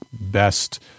best